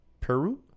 Peru